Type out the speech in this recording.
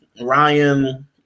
Ryan